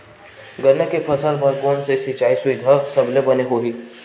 गन्ना के फसल बर कोन से सिचाई सुविधा सबले बने होही?